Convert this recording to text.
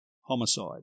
Homicide